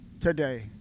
today